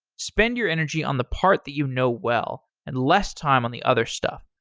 spend your energy on the part that you know well and less time on the other stuff.